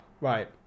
Right